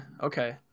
Okay